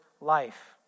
life